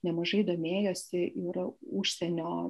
nemažai domėjosi ir užsienio